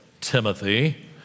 Timothy